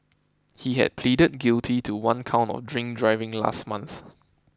he had pleaded guilty to one count of drink driving last month